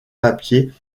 papier